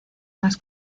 más